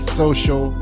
social